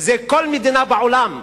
וזה כל מדינה בעולם.